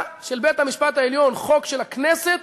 של בית-המשפט העליון חוק של הכנסת